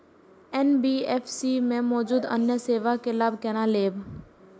NBFC में मौजूद अन्य सेवा के लाभ केना लैब?